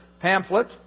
pamphlet